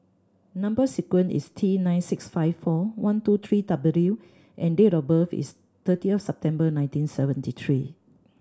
number sequence is T nine six five four one two three W and date of birth is thirtieth September nineteen seventy three